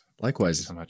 Likewise